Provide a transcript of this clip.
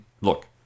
look